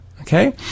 Okay